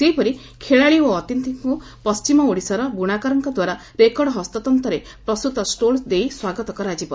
ସେହିପରି ଖେଳାଳି ଓ ଅତିଥିଙ୍କୁ ପଣ୍କିମ ଓଡ଼ିଶାର ବୁଶାକରଙ୍କଦ୍ୱାରା ରେକର୍ଡ଼ ହସ୍ତତ୍ତରେ ପ୍ରସ୍ତୁତ ଷୋଲ୍ସ ଦେଇ ସ୍ୱାଗତ କରାଯିବ